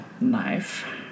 knife